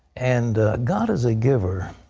and god is a giver.